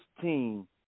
team